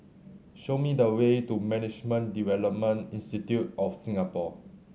show me the way to Management Development Institute of Singapore